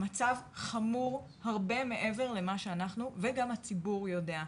המצב חמור הרבה מעבר למה שאנחנו יודעים וגם מעבר למה שהציבור יודע.